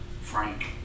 Frank